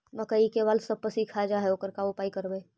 मकइ के बाल सब पशी खा जा है ओकर का उपाय करबै?